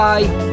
Bye